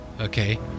okay